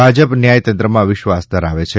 ભાજપ ન્યાયતંત્રમાં વિશ્વાસ ધરાવે છે